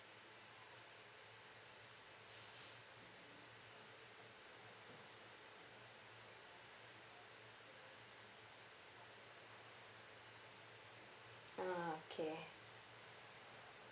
ah okay